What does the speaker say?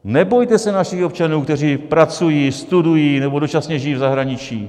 Nebojte se našich občanů, kteří pracují, studují nebo dočasně žijí v zahraničí.